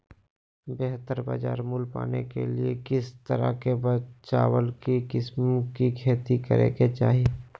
बेहतर बाजार मूल्य पाने के लिए किस तरह की चावल की किस्मों की खेती करे के चाहि?